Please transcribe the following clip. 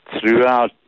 throughout